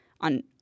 on